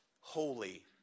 holy